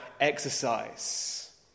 exercise